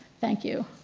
thank you.